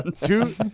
two